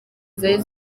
zari